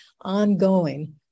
ongoing